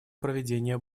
проведения